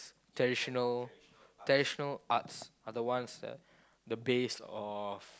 traditional traditional arts are the ones that the base of